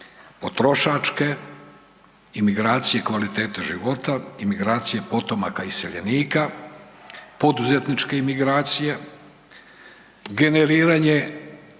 potrošačke, imigracije kvalitete života, imigracije potomaka iseljenika, poduzetničke imigracije, generiranje